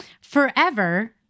forever